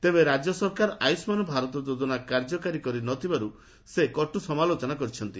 ତେବେ ରାଜ୍ୟ ସରକାର ଆୟୁଷ୍ଲାନ ଭାରତ ଯୋଜନା କାର୍ଯ୍ୟକାରୀ କରି ନଥିବାରୁ ସେ କଟ ସମାଲୋଚନା କରିଛନ୍ତି